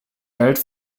welt